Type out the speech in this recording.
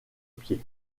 pied